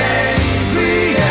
angry